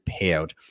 payout